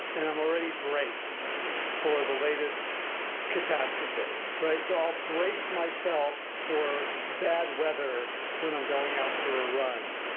and i'm already braced yeah for the latest catastrophe, right so i'll brace myself for bad weather when i'm going out for a run.